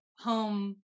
home